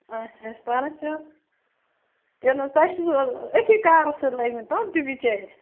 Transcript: اَچھا اچھ پَرن چھَو ییٚلہِ نہٕ چھُو أتھی کارس سۭتۍ لٔگمٕتۍ تِم تہِ بِچٲرۍ